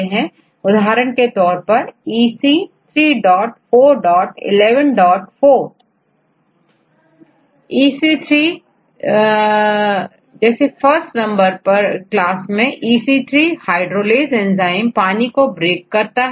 उदाहरण के तौर परEC34114 इसमें फर्स्ट नंबर क्लास जैसेEC3 HYDROLASE एंजाइमजो पानी का ब्रेकअप करता है